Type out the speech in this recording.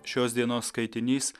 šios dienos skaitinys